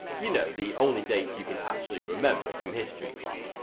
you know the only date you can actually remember from history class.